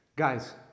Guys